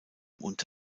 und